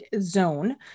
zone